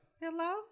Hello